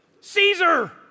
Caesar